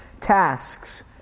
tasks